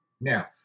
Now